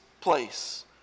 place